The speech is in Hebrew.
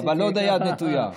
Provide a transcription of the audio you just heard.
אבל עוד היד נטויה.